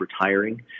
retiring